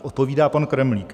Odpovídá pan Kremlík: